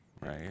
Right